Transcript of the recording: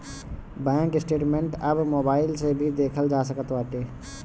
bank statement अब mobile से भी देखल जा सकत बाटे